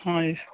हाँ